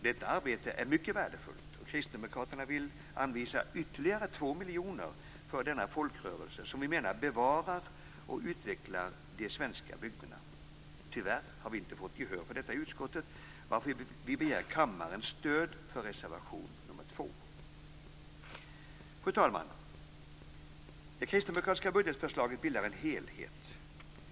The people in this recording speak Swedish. Detta arbete är mycket värdefullt, och kristdemokraterna vill anvisa ytterligare 2 miljoner för denna folkrörelse som vi menar bevarar och utvecklar de svenska bygderna. Tyvärr har vi inte fått gehör för detta i utskottet, varför vi begär kammarens stöd för reservation nr 2. Fru talman! Det kristdemokratiska budgetförslaget bildar en helhet.